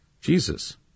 Jesus